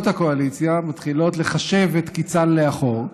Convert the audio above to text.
הקואליציה מתחילות לחשב את קיצן לאחור,